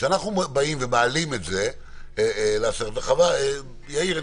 כשאנחנו באים ומעלים את זה ל-10,000 יאיר,